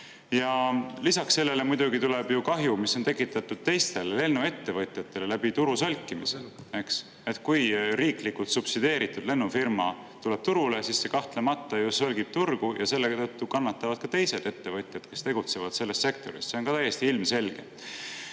Ja lisaks sellele muidugi tuleb kahju, mis on tekitatud teistele lennuettevõtjatele läbi turu solkimise, eks. Kui riiklikult subsideeritud lennufirma tuleb turule, siis see kahtlemata solgib turgu ja selle tõttu kannatavad ka teised ettevõtjad, kes tegutsevad selles sektoris. See on täiesti ilmselge.